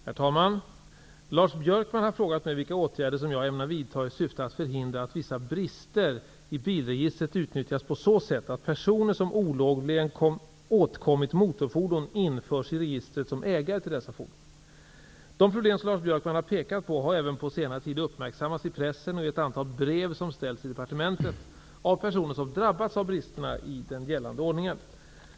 Herr talman! Lars Björkman har frågat mig vilka åtgärder jag ämnar vidta i syfte att förhindra att vissa brister i bilregistret utnyttjas på så sätt att personer som olovligen åtkommit motorfordon införs i registret som ägare till dessa fordon. De problem som Lars Björkman har pekat på har även på senare tid uppmärksammats i pressen och i ett antal brev som ställts till departementet av personer som drabbats av bristerna i den gällande ordningen.